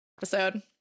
Episode